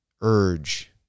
urge